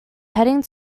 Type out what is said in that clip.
heading